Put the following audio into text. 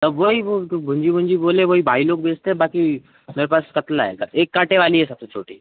तो वही वह भूंजी भुंजी बोले वही भाई लोग बेचते हैं बाक़ी मेरे पास कतला है एक कांटे वाली है सबसे छोटी